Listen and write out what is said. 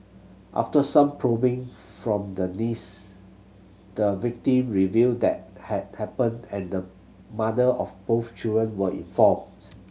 after some probing from the niece the victim revealed that had happened and the mother of both children were informed